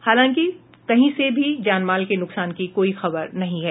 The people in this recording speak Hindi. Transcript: हालांकि कहीं से भी जान माल के नुक्सान की कोई खबर नहीं है